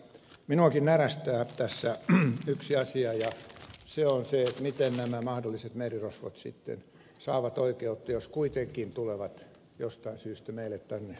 minuakin närästää tässä yksi asia ja se on se miten nämä mahdolliset merirosvot sitten saavat oikeutta jos kuitenkin tulevat jostain syystä meille tänne suomeen